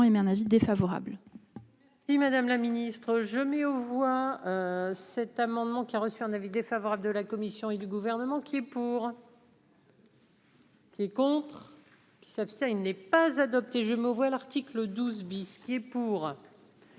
émet un avis défavorable.